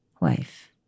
wife